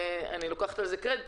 ואני לוקחת על זה קרדיט,